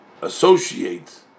Associate